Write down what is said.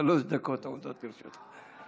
שלוש דקות עומדות לרשותך.